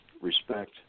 respect